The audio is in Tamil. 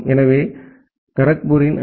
எனவே கரக்பூரின் ஐ